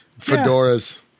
fedoras